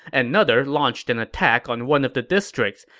and another launched an attack on one of the districts.